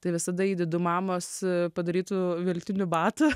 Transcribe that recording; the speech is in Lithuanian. tai visada įdedu mamos padarytų veltinių batų